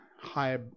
high